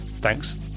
thanks